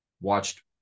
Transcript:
watched